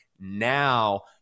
Now